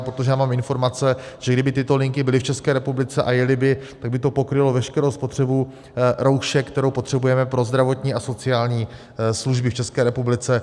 Protože já mám informace, že kdyby tyto linky byly v České republice a jely by, tak by to pokrylo veškerou spotřebu roušek, kterou potřebujeme pro zdravotní a sociální služby v České republice.